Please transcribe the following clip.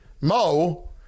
Mo